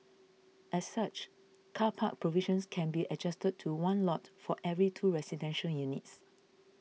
as such car park provisions can be adjusted to one lot for every two residential units